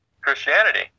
Christianity